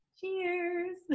Cheers